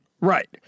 Right